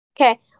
Okay